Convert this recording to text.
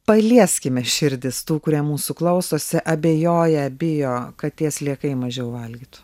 palieskime širdis tų kurie mūsų klausosi abejoja bijo kad tie sliekai mažiau valgytų